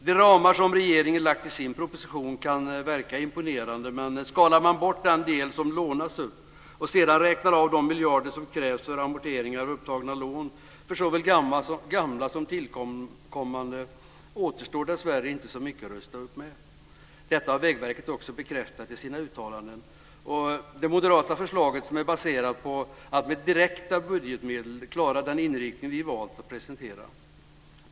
De ramar som regeringen lagt i sin proposition kan verka imponerande, men skalar man bort den del som lånas upp och sedan räknar av de miljarder som krävs för amorteringar av upptagna lån, såväl gamla som tillkommande, återstår dessvärre inte så mycket att rusta upp med. Detta har Vägverket också bekräftat i sina uttalanden. Det moderata förslaget är baserat på att med direkta budgetmedel klara den inriktning vi valt att presentera.